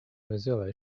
mozilla